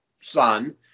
son